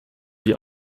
wir